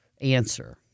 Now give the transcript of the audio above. answer